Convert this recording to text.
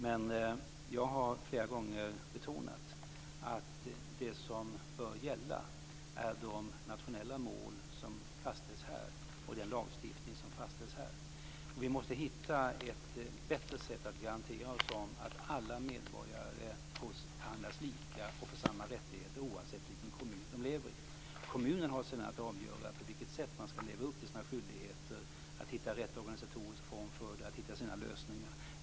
Men jag har flera gånger betonat att det som bör gälla är de nationella mål som fastställs här och den lagstiftning som fastställs här. Vi måste hitta ett bättre sätt att försäkra oss om att alla medborgare behandlas lika och får samma rättigheter, oavsett vilken kommun de lever i. Kommunen har sedan att avgöra på vilket sätt man skall leva upp till sina skyldigheter, hitta rätt organisatorisk form för det och hitta sina lösningar.